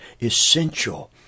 essential